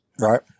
Right